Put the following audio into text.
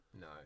No